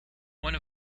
one